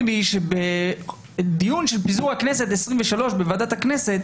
לי שבדיון של פיזור הכנסת העשרים-ושלוש בוועדת הכנסת,